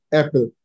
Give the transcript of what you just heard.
apple